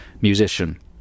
musician